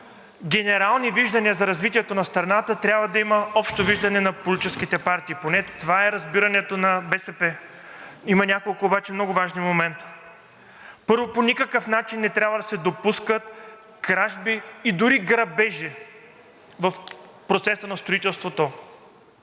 генерални виждания за развитието на страната трябва да има общо виждане на политическите партии – поне това е разбирането на БСП. Има няколко обаче много важни момента. Първо, по никакъв начин не трябва да се допускат кражби и дори грабежи в процеса на строителството.